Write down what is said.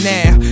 Now